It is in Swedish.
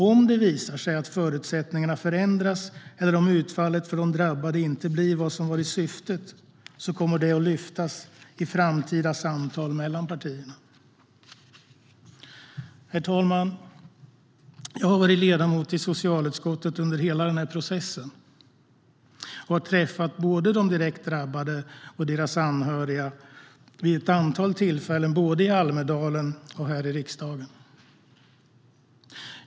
Om det visar sig att förutsättningarna förändras eller att utfallet för de drabbade inte blir vad som har varit syftet kommer det att lyftas upp i framtida samtal mellan partierna. Herr talman! Jag har varit ledamot i socialutskottet under hela processen. Jag har träffat de direkt drabbade och deras anhöriga vid ett antal tillfällen i Almedalen och i riksdagen.